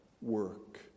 work